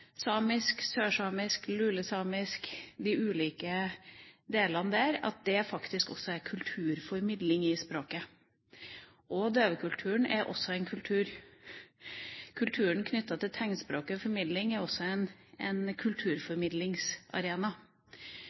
at det faktisk er kulturformidling i språket. Døvespråket er også en kultur. Alt knyttet til tegnspråk og formidling er også en kulturformidlingsarena.